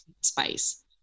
spice